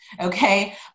Okay